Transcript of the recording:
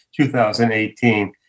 2018